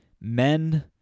men